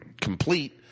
complete